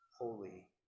holy